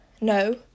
No